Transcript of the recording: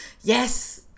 yes